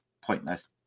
pointless